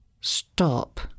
stop